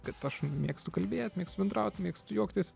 kad aš mėgstu kalbėt mėgstu bendraut mėgstu juoktis